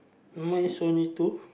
mine is only two